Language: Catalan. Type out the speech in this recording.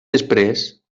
després